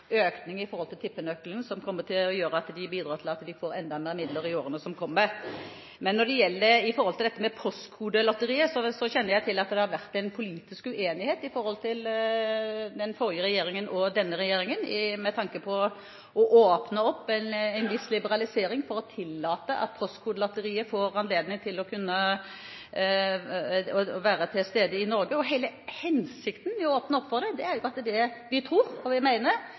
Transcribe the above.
til enda flere midler i årene som kommer. Men når det gjelder Postkodelotteriet, kjenner jeg til at det har vært politisk uenighet mellom den forrige regjeringen og denne regjeringen med tanke på å åpne opp for en viss liberalisering for å tillate at Postkodelotteriet får anledning til å være til stede i Norge. Hensikten med å åpne opp for det, er jo at vi tror og